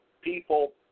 people